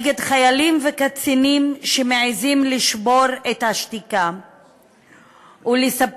נגד חיילים וקצינים שמעזים לשבור את השתיקה ולספר